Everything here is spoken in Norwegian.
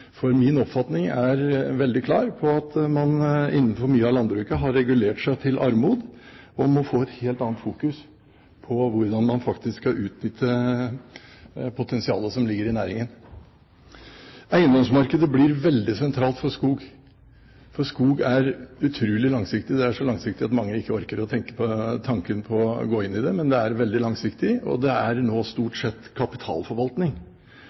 Min oppfatning er klart at man innenfor mye av landbruket har regulert seg til armod, og må få et helt annet fokus på hvordan man faktisk skal utnytte potensialet som ligger i næringen. Eiendomsmarkedet blir veldig sentralt når det gjelder skog, for skogsdrift er utrolig langsiktig. Det er så langsiktig at mange ikke orker å tenke tanken på å gå inn i det. Det er veldig langsiktig, og det er nå stort sett kapitalforvaltning.